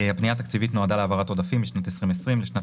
הפנייה התקציבית נועדה להעברת עודפים משנת 2020 לשנת